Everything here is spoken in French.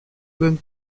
bonne